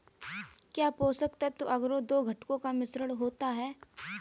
क्या पोषक तत्व अगरो दो घटकों का मिश्रण होता है?